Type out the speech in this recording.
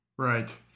Right